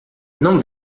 non